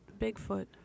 Bigfoot